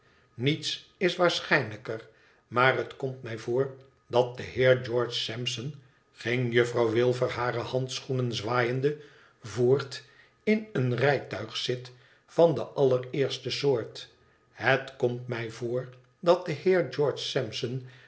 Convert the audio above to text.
niets is waarschijnlijker maar het komt mij voor dat de heer george sampson ging juffrouw wilfer hare handschoenen zwaaiende voort in een rijtuig zit van de allereerste soort het komt mij voor dat de heer